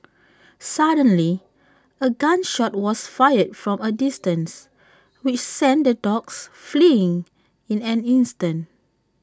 suddenly A gun shot was fired from A distance which sent the dogs fleeing in an instant